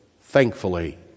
thankfully